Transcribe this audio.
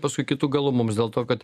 paskui kitu galu mums dėl to kad